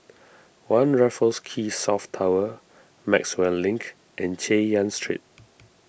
one Raffles Quay South Tower Maxwell Link and Chay Yan Street